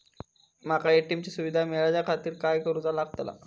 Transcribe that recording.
माका ए.टी.एम ची सुविधा मेलाच्याखातिर काय करूचा लागतला?